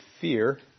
fear